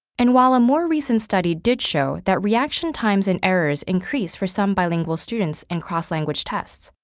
and while a more recent study did show that reaction times and errors increase for some bilingual students in cross-language tests,